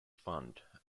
fund